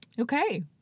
Okay